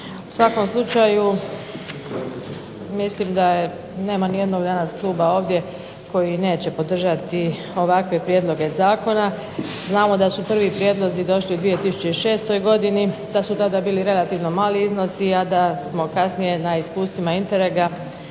U svakom slučaju mislim da nema nijednog danas kluba ovdje koji neće podržati ovakve prijedloge zakona. Znamo da su prvi prijedlozi došli u 2006. godini, da su tada bili relativno mali iznosi, a da smo kasnije na iskustvima Interega